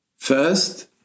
First